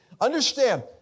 Understand